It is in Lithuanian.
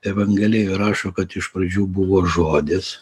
evangelijoj rašo kad iš pradžių buvo žodis